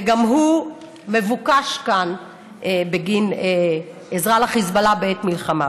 והוא מבוקש כאן בגין עזרה לחיזבאללה בעת מלחמה.